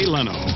Leno